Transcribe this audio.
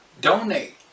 donate